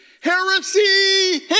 heresy